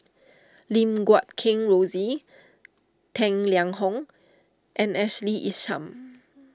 Lim Guat Kheng Rosie Tang Liang Hong and Ashley Isham